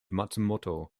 matsumoto